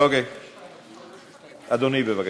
אדוני, בבקשה.